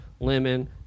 Lemon